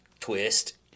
twist